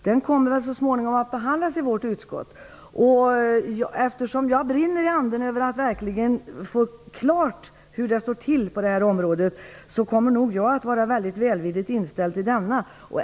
Den kommer så småningom att behandlas i vårt utskott. Eftersom jag brinner i anden när det gäller att verkligen få klarhet i hur det står till på det här området, kommer nog jag att vara mycket välvilligt inställd till den.